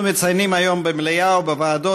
אנחנו מציינים היום במליאה ובוועדות